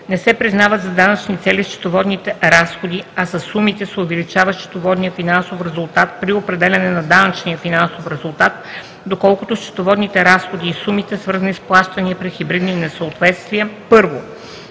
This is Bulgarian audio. Не се признават за данъчни цели счетоводните разходи, а със сумите се увеличава счетоводният финансов резултат при определяне на данъчния финансов резултат, доколкото счетоводните разходи и сумите, свързани с плащания при хибридни несъответствия: 1.